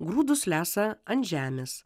grūdus lesa ant žemės